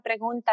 pregunta